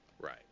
Right